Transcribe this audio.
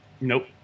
Nope